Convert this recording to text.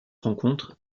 rencontre